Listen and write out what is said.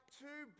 two